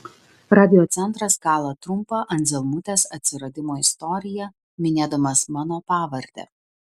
radiocentras kala trumpą anzelmutės atsiradimo istoriją minėdamas mano pavardę